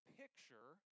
picture